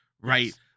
right